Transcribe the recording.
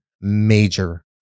major